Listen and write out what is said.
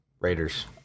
Raiders